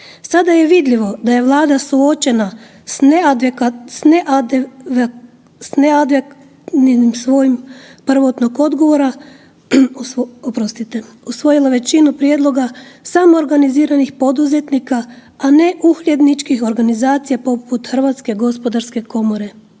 Sad je vidljivo da je Vlada suočena s .../Govornik se ne razumije./... svojim prvotnog odgovora, oprostite, usvojila većinu prijedloga samoorganiziranih poduzetnika, a ne uhljebničkih organizacija poput Hrvatske gospodarske komore.